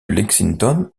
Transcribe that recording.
lexington